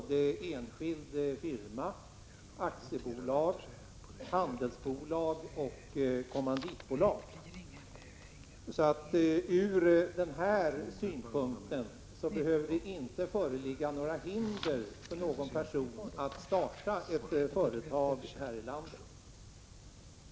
Det finns enskild firma, aktiebolag, handelsbolag och kommanditbolag, så ur den synpunkten behöver det inte föreligga några hinder för en person att starta ett företag.